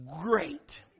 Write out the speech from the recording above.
Great